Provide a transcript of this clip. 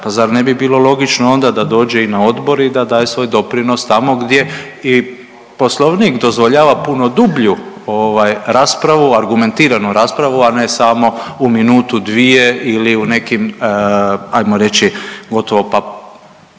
pa zar ne bi bilo logično onda da dođe na odbor i da daje svoj doprinos tamo gdje i Poslovnik dozvoljava puno dublju ovaj raspravu, argumentiranu raspravu, a ne samo u minutu dvije ili u nekim ajmo reći gotovo pa